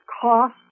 cost